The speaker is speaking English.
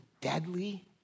deadly